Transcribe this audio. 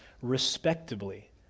respectably